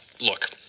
Look